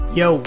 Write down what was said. yo